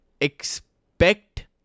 expect